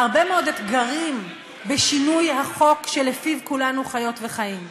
הרבה מאוד אתגרים בשינוי החוק שלפיו כולנו חיות וחיים.